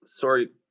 Sorry